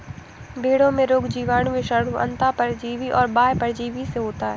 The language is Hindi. भेंड़ों में रोग जीवाणु, विषाणु, अन्तः परजीवी और बाह्य परजीवी से होता है